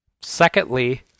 Secondly